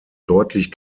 deutlich